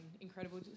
incredible